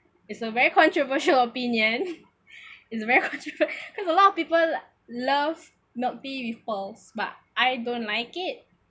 it's a very controversial opinion is a very contro~ cause a lot of people love milk tea with pearls but I don't like it